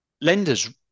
lenders